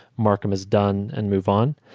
mark them as done and move on.